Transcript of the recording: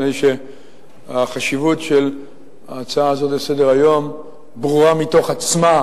מפני שהחשיבות של ההצעה הזאת לסדר-היום ברורה מתוך עצמה,